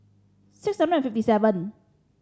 six hundred and fifty seven